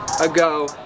ago